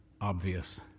obvious